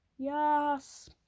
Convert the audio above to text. yes